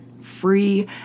free